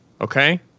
Okay